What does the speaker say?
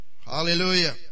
hallelujah